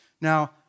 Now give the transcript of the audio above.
Now